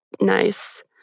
nice